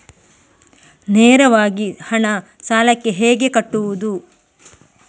ನೇರವಾಗಿ ಹಣ ಸಾಲಕ್ಕೆ ಹೇಗೆ ಕಟ್ಟುವುದು?